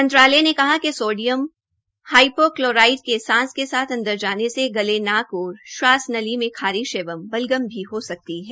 मंत्रालय ने कहा कि सोडियम हाइपो क्लोराइड के सांस के साथ अंदर जाने से गले नाक और श्वास नली में बारिश एवं बलगम भी हो सकती है